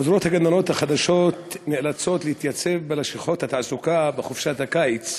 העוזרות החדשות של הגננות נאלצות להתייצב בלשכות התעסוקה בחופשת הקיץ,